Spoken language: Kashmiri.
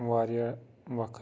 وارِیاہ وَقت